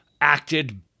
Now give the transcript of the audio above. acted